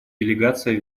делегация